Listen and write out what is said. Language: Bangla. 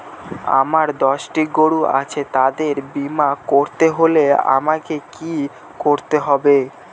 আমার দশটি গরু আছে তাদের বীমা করতে হলে আমাকে কি করতে হবে?